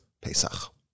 Pesach